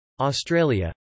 Australia